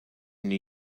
new